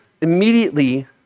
immediately